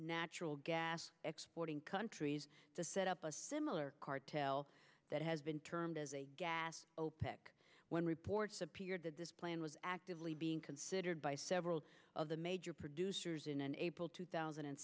natural gas exporting countries to set up a similar cartel that has been termed as a gas opec when reports appeared that this plan was actively being considered by several of the major producers in an april two thousand and